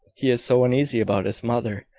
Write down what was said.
he is so uneasy about his mother,